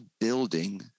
building